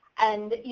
and,